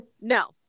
no